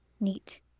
Neat